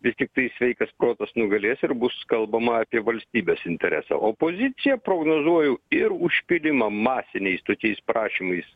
vis tiktai sveikas protas nugalės ir bus kalbama apie valstybės interesą opozicija prognozuoju ir užpylimą masiniais tokiais prašymais